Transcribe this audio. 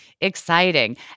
exciting